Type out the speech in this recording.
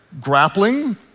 grappling